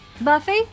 Buffy